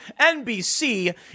NBC